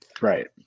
Right